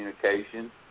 communication